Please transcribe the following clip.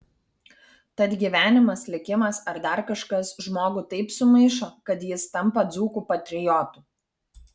tad gyvenimas likimas ar dar kažkas žmogų taip sumaišo kad jis tampa dzūkų patriotu